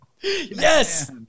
Yes